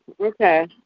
okay